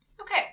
okay